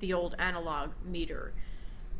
the old analog meter